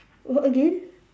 what again